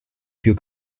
più